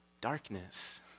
Darkness